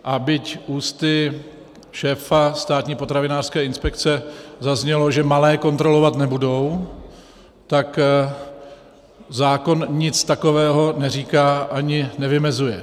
A byť ústy šéfa státní potravinářské inspekce zaznělo, že malé kontrolovat nebudou, tak zákon nic takového neříká ani nevymezuje.